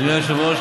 אדוני היושב-ראש,